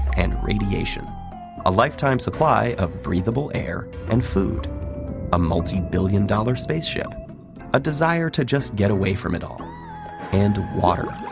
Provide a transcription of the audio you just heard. and radiation a lifetime supply of breathable air and food a multibillion dollar spaceship a desire to just get away from it all and water.